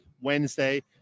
Wednesday